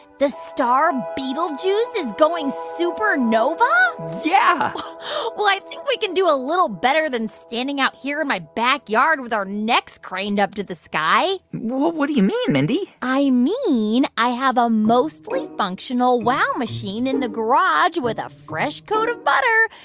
the star betelgeuse is going supernova? yeah well, i think we can do a little better than standing out here in my backyard with our necks craned up to the sky what what do you mean, mindy? i mean, i have a mostly functional wow machine in the garage with a fresh coat of butter.